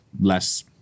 less